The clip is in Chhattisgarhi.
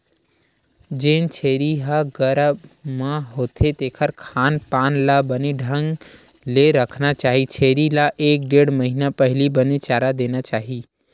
जेन छेरी ह गरभ म होथे तेखर खान पान ल बने ढंग ले रखना चाही छेरी ल एक ढ़ेड़ महिना पहिली बने चारा देना चाही